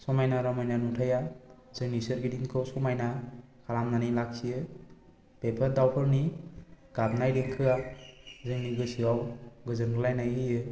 समायना रमायना नुथाया जोंनि सोरगिदिंखौ समायना खालामनानै लाखियो बेफोर दावफोरनि गाबनाय देंखोआ जोंनि गोसोआव गोजोनग्लायनाय होयो